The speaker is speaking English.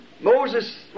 Moses